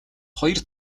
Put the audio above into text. хоёр